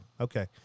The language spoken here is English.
okay